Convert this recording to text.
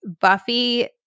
Buffy